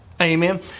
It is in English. Amen